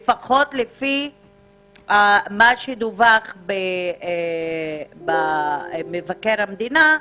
לפחות לפי מה שדווח בדוח מבקר המדינה,